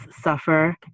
suffer